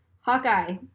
Hawkeye